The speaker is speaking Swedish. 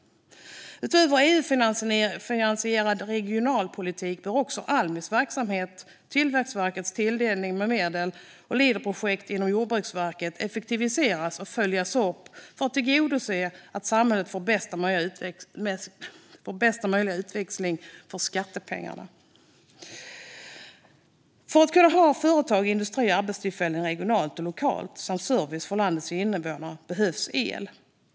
Utöver EU-finansierad regionalpolitik bör såväl Almis verksamhet som Tillväxtverkets tilldelade medel och Leaderprojekten inom Jordbruksverket effektutvärderas och följas upp för att tillgodose samhällets bästa möjliga utväxling för skattepengarna. För att kunna ha företag, industri och arbetstillfällen regionalt och lokalt samt service för landets invånare behövs el.